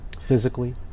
physically